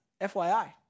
FYI